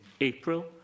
April